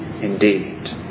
indeed